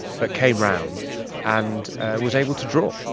but came around and was able to draw.